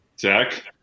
Zach